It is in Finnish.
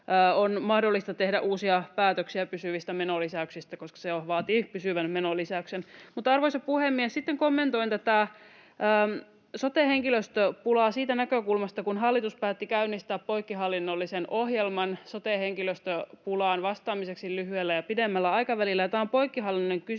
on mahdollista tehdä uusia päätöksiä pysyvistä menolisäyksistä, koska se vaatii pysyvän menonlisäyksen. Arvoisa puhemies! Sitten kommentoin tätä sote-henkilöstöpulaa siitä näkökulmasta, kun hallitus päätti käynnistää poikkihallinnollisen ohjelman sote-henkilöstöpulaan vastaamiseksi lyhyellä ja pidemmällä aikavälillä. Tämä on poikkihallinnollinen